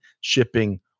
shipping